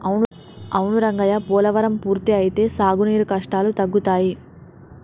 అవును రంగయ్య పోలవరం పూర్తి అయితే సాగునీరు కష్టాలు తగ్గుతాయి